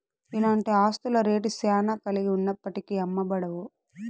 ఇలాంటి ఆస్తుల రేట్ శ్యానా కలిగి ఉన్నప్పటికీ అమ్మబడవు